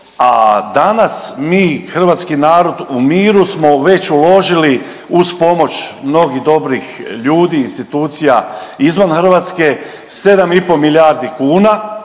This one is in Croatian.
a danas mi hrvatski narod u miru smo već uložili uz pomoć mnogih dobrih ljudi, institucija izvan Hrvatske 7,5 milijardu kuna,